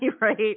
right